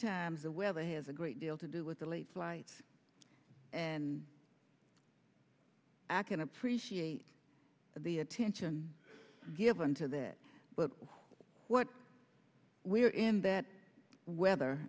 times the weather has a great deal to do with the late flights and i can appreciate the attention given to that but what we're in that weather